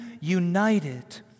united